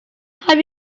have